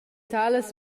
talas